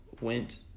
went